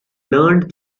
learned